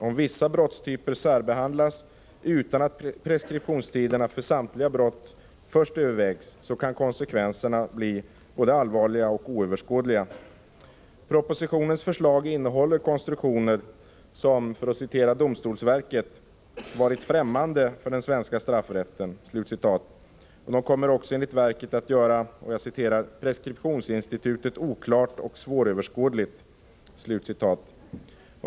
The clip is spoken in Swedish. Om vissa brottstyper särbehandlas, utan att preskriptionstiderna för samtliga brott först övervägs, kan konsekvenserna bli allvarliga och oöverskådliga. Propositionens förslag innehåller konstruktioner som, för att citera domstolsverket, ”varit främmande för den svenska straffrätten”, och de kommer också enligt verket att göra ”preskriptionsinstitutet oklart och svåröverskådligt”.